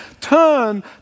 turn